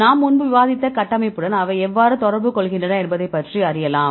நாம் முன்பு விவாதித்த கட்டமைப்புடன் அவை எவ்வாறு தொடர்பு கொள்கின்றன என்பதை பற்றி அறியலாம்